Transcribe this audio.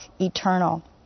eternal